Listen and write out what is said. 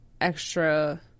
extra